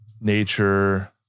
nature